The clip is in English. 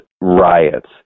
riots